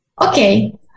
Okay